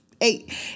eight